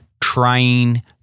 trying